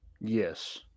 Yes